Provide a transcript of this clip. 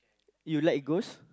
you like ghost